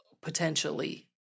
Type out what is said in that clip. potentially